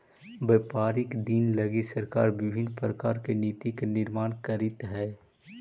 व्यापारिक दिन लगी सरकार विभिन्न प्रकार के नीति के निर्माण करीत हई